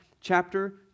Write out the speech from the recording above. chapter